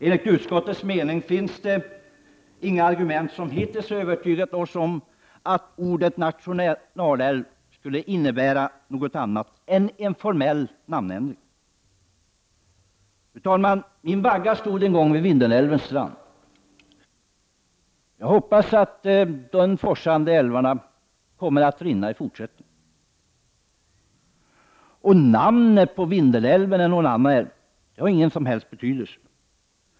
Inga argument som hittills anförts har övertygat oss i utskottsmajoriteten om att införandet av benämningen ”nationalälv” skulle innebära något annat än en formell namnändring. Fru talman! Min vagga stod vid Vindelälvens strand, och jag hoppas att de forsande älvarna kommer att rinna också i fortsättningen. Benämningen på Vindelälven eller på någon annan älv har dock ingen som helst betydelse.